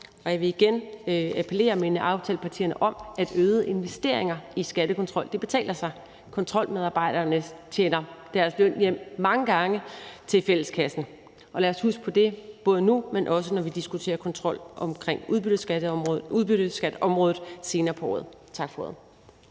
jeg vil igen appellere og minde aftalepartierne om, at øgede investeringer i skattekontrol betaler sig; kontrolmedarbejderne tjener deres løn hjem mange gange til fælleskassen. Lad os huske på det, både nu, men også, når vi diskuterer kontrol på udbytteskatområdet senere på året. Tak for ordet.